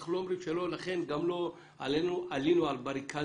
אנחנו לא אומרים שלא, לכן גם לא עלינו על בריקאדות